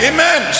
Amen